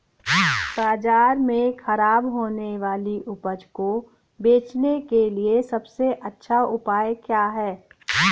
बाजार में खराब होने वाली उपज को बेचने के लिए सबसे अच्छा उपाय क्या है?